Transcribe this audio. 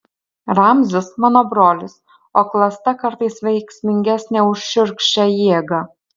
ramzis mano brolis o klasta kartais veiksmingesnė už šiurkščią jėgą